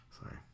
sorry